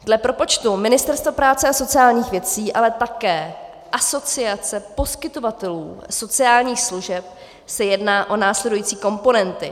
Dle propočtu Ministerstva práce a sociálních věcí, ale také Asociace poskytovatelů sociálních služeb se jedná o následující komponenty.